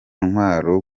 ntwaro